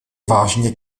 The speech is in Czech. vážně